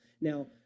Now